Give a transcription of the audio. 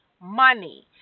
money